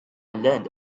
learned